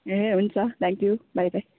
ए हुन्छ thank you bye by